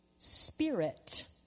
Spirit